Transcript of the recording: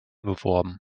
beworben